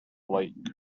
light